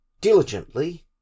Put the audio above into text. diligently